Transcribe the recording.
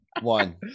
One